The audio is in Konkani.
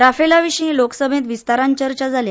राफेला विशीं लोकसभेंत विस्तारान चर्चा जाल्या